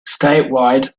statewide